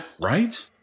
Right